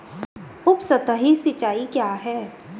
उपसतही सिंचाई क्या है?